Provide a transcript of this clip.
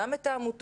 גם את העמותות,